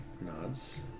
nods